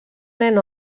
nen